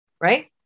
Right